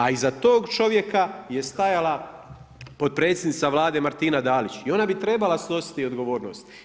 A iza tog čovjeka je stajala potpredsjednica Vlade Martina Dalić i ona bi trebala snositi odgovornost.